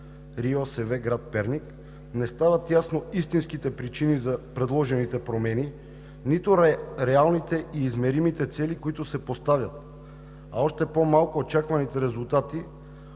РИОСВ – град Перник. Не стават ясни истинските причини за предложените промени, нито реалните и измеримите цели, които се поставят, а още по-малко очакваните резултати